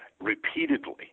repeatedly